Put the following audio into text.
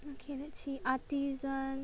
okay let's see Artisan